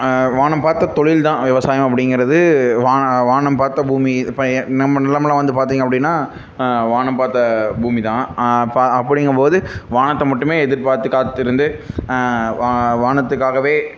வானம் பார்த்த தொழில் தான் விவசாயம் அப்படிங்கிறது வானம் பார்த்த பூமி இப்போ நம்ம நிலம் எல்லாம் வந்து பார்த்திங்க அப்படின்னா வானம் பார்த்த பூமி தான் அப்போ அப்படிங்கும்போது வானத்தை மட்டுமே எதிர்பார்த்து காத்திருந்து வானத்துக்காகவே